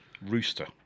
Rooster